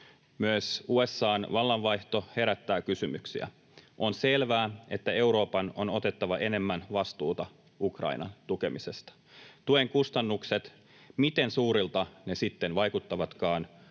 Myös USA:n vallanvaihto herättää kysymyksiä. On selvää, että Euroopan on otettava enemmän vastuuta Ukrainan tukemisesta. Tuen kustannukset, miten suurilta ne sitten vaikuttavatkaan,